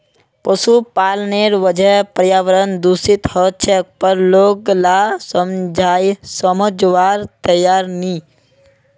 पशुपालनेर वजह पर्यावरण दूषित ह छेक पर लोग ला समझवार तैयार नी